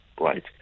right